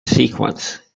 sequence